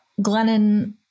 Glennon